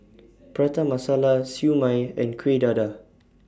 Prata Masala Siew Mai and Kuih Dadar